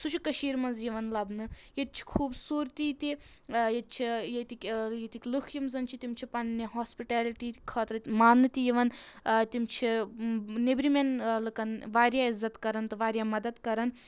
سُہ چھُ کٔشیٖرِ منٛز یِوَان لَبنہٕ ییٚتہِ چھِ خوٗبصوٗرتی تہِ ییٚتہِ چھِ ییٚتِکۍ ییٚتِکۍ لُکھ یِم زَن چھِ تِم چھِ پَننہِ ہاسپِٹیَلِٹی خٲطرٕ مانٛنہٕ تہِ یِوَان تِم چھِ نؠبرِمؠن لٕکَن واریاہ عِزت کَرَان تہٕ واریاہ مَدد کَرَان